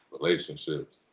relationships